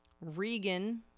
Regan